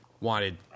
wanted